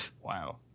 Wow